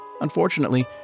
Unfortunately